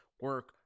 Work